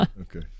okay